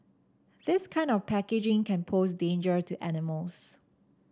this kind of packaging can pose danger to animals